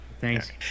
Thanks